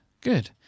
good